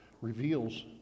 reveals